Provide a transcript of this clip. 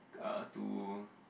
uh to